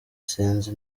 sinzi